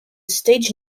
stage